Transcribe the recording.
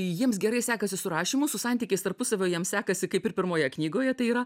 jiems gerai sekasi su rašymu su santykiais tarpusavio jiem sekasi kaip ir pirmoje knygoje tai yra